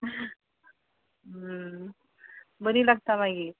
बरी लागता मागीर